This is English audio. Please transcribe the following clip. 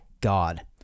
God